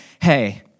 hey